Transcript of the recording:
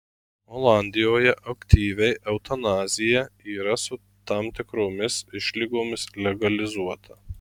olandijoje aktyvi eutanazija yra su tam tikromis išlygomis legalizuota